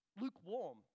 lukewarm